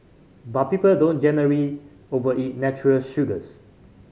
but people don't generally overeat natural sugars